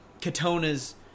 Katona's